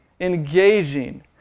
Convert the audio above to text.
engaging